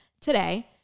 today